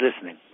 listening